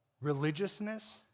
Religiousness